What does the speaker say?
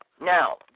Now